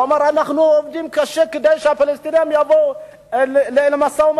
והוא אמר: אנחנו עובדים קשה כדי שהפלסטינים יבואו למשא-ומתן.